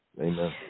Amen